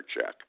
check